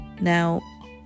Now